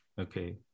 Okay